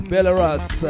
Belarus